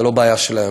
זו לא בעיה שלהם,